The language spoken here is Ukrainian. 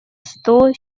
сто